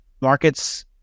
markets